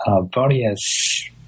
Various